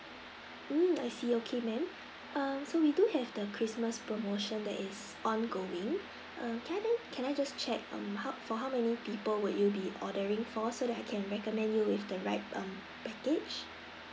mm I see okay ma'am um so we do have the christmas promotion that is ongoing err can I get can I just check um how for how many people would you be ordering for so that I can recommend you with the right um package